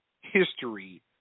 history